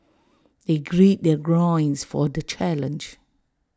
they grid their for the challenge